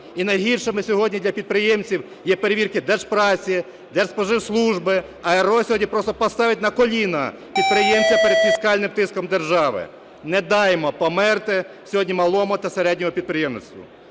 І найгіршими сьогодні для підприємців є перевірки Держпраці, Держспоживслужби, а РРО сьогодні просто поставить на коліна підприємця перед фіскальним тиском держави. Не даймо померти сьогодні малому та середньому підприємництву.